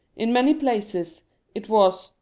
in many places it was,